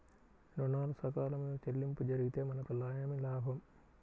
ఋణాలు సకాలంలో చెల్లింపు జరిగితే మనకు ఏమి లాభం?